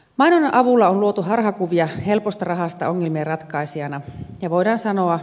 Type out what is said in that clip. mainonnan avulla on luotu harhakuvia helposta rahasta ongelmien ratkaisijana ja voidaan sanoa